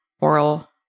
oral